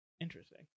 Interesting